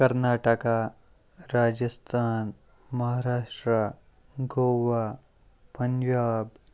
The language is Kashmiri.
کَرناٹکا راجِستان مہاراشٹرٛا گووا پَنجاب